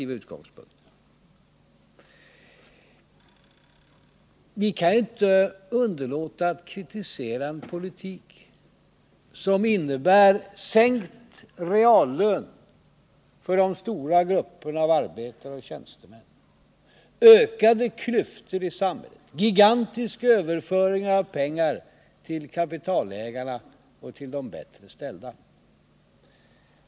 Vi kan inte underlåta att kritisera en politik som innebär sänkt reallön för de stora grupperna av arbetare och tjänstemän, ökade klyftor i samhället, gigantiska överföringar av pengar till kapitalägarna och de bättre ställda.